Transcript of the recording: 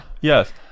Yes